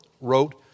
wrote